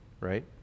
right